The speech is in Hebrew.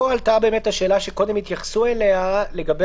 פה עלתה השאלה שקודם התייחסו אליה לגבי